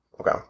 Okay